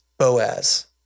Boaz